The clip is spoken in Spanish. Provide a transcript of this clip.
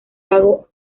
lago